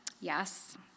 yes